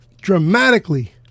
dramatically